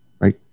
right